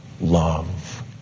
love